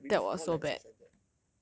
we could have released four lab sessions eh